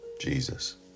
Jesus